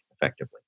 effectively